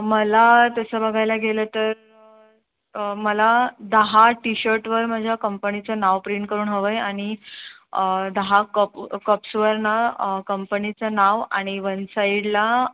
मला तसं बघायला गेलं तर मला दहा टी शर्टवर माझ्या कंपणीचं नाव प्रिंट करून हवं आहे आणि दहा कप कप्सवर ना कंपनीचं नाव आणि वन साईडला